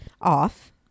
off